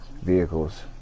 vehicles